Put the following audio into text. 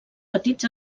petits